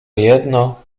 jedno